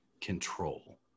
control